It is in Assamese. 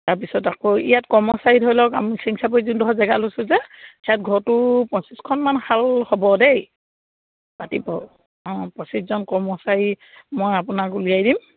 তাৰপিছত আকৌ ইয়াত কৰ্মচাৰী ধৰি লওক চিৰিং চাপৰি যোন ডখৰ জেগা লৈছো যে সেয়াত ঘৰটো পঁচিছখনমান শাল হ'ব দেই পাতিব অঁ পঁচিছজন কৰ্মচাৰী মই আপোনাক উলিয়াই দিম